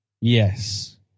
Yes